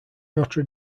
notre